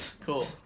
Cool